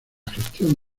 gestión